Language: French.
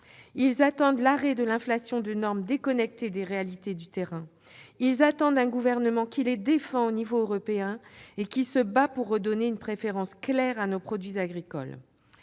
Ils attendent l'arrêt de l'inflation de normes déconnectées des réalités du terrain. Ils attendent un gouvernement qui les défend à l'échelon européen et qui se bat pour redonner une préférence claire à nos produits agricoles.